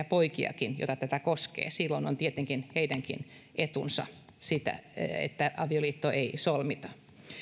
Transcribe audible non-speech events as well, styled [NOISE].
[UNINTELLIGIBLE] poikiakin joita tämä koskee silloin on tietenkin heidänkin etunsa että avioliittoa ei solmita